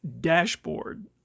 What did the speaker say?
dashboard